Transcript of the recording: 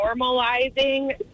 normalizing